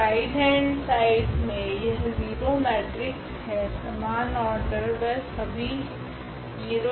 तो right hand side मे यह 0 मेट्रिक्स है समान ऑर्डर व सभी 0 एंट्रिस वाली